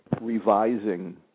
revising